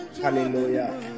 hallelujah